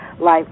life